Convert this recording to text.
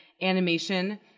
animation